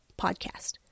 podcast